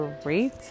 great